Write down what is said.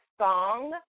Song